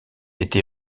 été